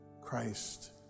Christ